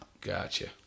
Gotcha